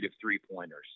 three-pointers